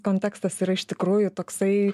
kontekstas yra iš tikrųjų toksai